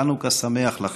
חנוכה שמח לכם.